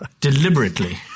deliberately